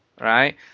right